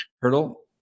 Hurdle